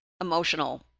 emotional